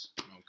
Okay